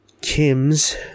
Kim's